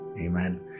Amen